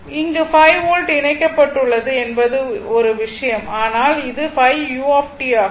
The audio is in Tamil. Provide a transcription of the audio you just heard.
இங்கு 5 வோல்ட் இணைக்கப்பட்டுள்ளது என்பது ஒரு விஷயம் ஆனால் இது 5 u ஆகும்